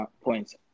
points